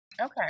Okay